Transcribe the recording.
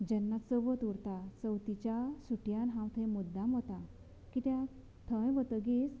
जेन्ना चवथ उरता चवथीच्या सुटयांत हांव मुद्दाम वता कित्याक थंय वतकीच आमकां